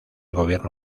gobierno